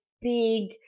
big